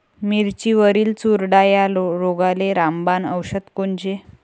मिरचीवरील चुरडा या रोगाले रामबाण औषध कोनचे?